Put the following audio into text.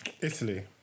Italy